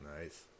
Nice